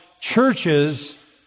churches